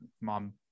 Mom